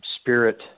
spirit